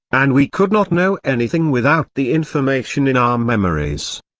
and we could not know anything without the information in our memories.